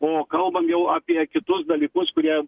o kalbam jau apie kitus dalykus kurie